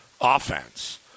offense